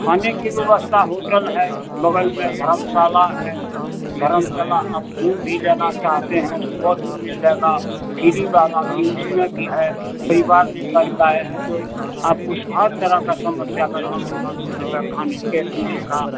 खाने की व्यवस्था होटल है बगल में धर्मशाला है धर्मशाला आप रूम भी लेना चाहते हैं तो वह भी मिल जाएगा फ्री वाला भी उसमें भी है परिवार ले करके आएँ हैं तो आप उसमें भी हर तरह का समस्या का समाधान हो जाएगा खाने के पीने का